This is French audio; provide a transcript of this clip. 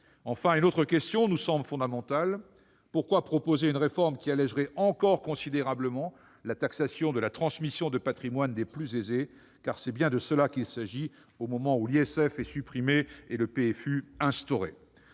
? Une autre question nous semble fondamentale : pourquoi proposer une réforme qui allégerait encore considérablement la taxation de la transmission du patrimoine des plus aisés- car c'est bien de cela qu'il s'agit -au moment où l'ISF est supprimé et le prélèvement